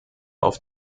auf